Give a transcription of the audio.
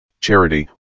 charity